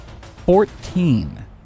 Fourteen